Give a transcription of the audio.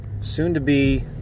soon-to-be